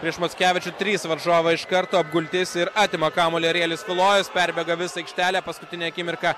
prieš mockevičių trys varžovai iš karto apgultis ir atima kamuolį arielis tulojus perbėga visą aikštelę paskutinę akimirką